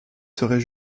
serait